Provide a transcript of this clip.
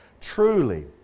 Truly